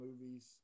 movies